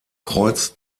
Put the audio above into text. kreuz